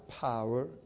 power